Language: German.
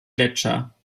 gletscher